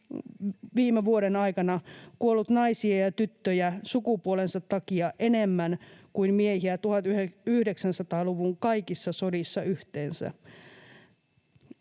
viime vuoden aikana kuollut naisia ja tyttöjä sukupuolensa takia enemmän kuin miehiä 1900-luvun kaikissa sodissa yhteensä.”